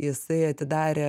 jisai atidarė